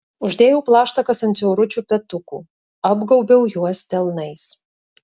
uždėjau plaštakas ant siauručių petukų apgaubiau juos delnais